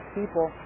people